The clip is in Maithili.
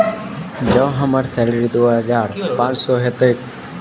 जँ हम्मर सैलरी दु हजार पांच सै हएत तऽ हमरा केतना होम लोन मिल सकै है?